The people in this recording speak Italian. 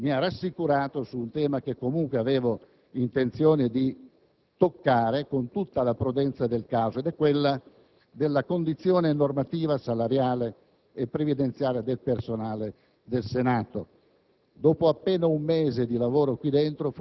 l'intervento del presidente Marini mi ha rassicurato su un tema che comunque avevo intenzione di toccare con tutta la prudenza del caso, ovvero quello della condizione normativa, salariale e previdenziale del personale del Senato.